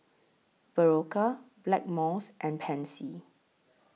Berocca Blackmores and Pansy